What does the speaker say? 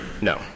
No